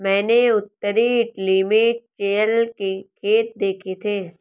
मैंने उत्तरी इटली में चेयल के खेत देखे थे